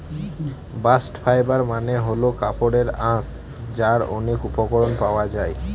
bast fibre মানে হল কাপড়ের আঁশ যার অনেক উপকরণ পাওয়া যায়